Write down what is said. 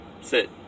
sit